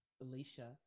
Alicia